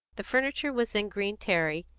the furniture was in green terry,